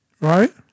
Right